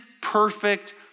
perfect